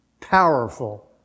Powerful